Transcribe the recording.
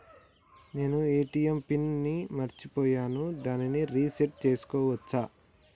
నేను ATM pin ని మరచిపోయాను దాన్ని రీ సెట్ చేసుకోవచ్చా?